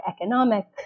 economic